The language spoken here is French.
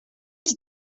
qui